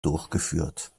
durchgeführt